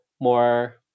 more